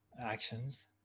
actions